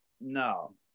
no